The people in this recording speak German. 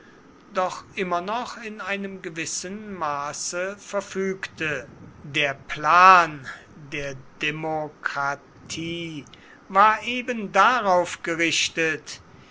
doch immer noch in einem gewissen maße verfügte der plan der demokratie war ebendarauf gerichtet